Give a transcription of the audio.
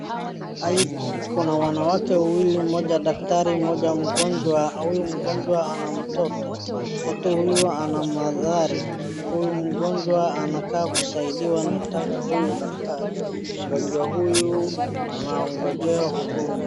Kwa hii picha kuna wanawake wawili, mmoja daktari mmoja mgonjwa na huyu mgonjwa ana mtoto. Mtoto huyu ana mathari, huyu mgonjwa anakaa kusaidiwa na kutaka huyu daktari. Mgonjwa huyu anaongojea huduma.